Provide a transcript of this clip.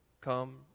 come